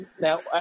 Now